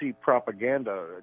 propaganda